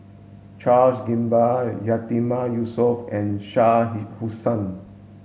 Charles Gamba Yatiman Yusof and Shah he Hussain